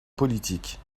politique